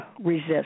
Resist